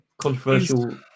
controversial